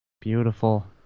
Beautiful